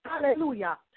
hallelujah